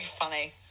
funny